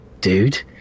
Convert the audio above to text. dude